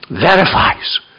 verifies